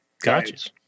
Gotcha